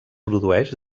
produeix